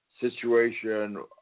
situation